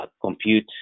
compute